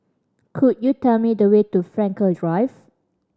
could you tell me the way to Frankel Drive